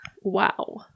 wow